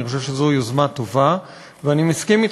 אני חושב שזו יוזמה טובה, ואני מסכים אתך,